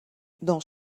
dans